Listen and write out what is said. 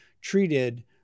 treated